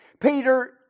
Peter